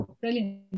Brilliant